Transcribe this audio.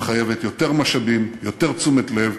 והיא מחייבת יותר משאבים, יותר תשומת לב.